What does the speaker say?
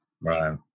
Right